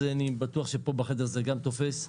אני חושב שפה בחדר זה גם תופס.